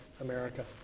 America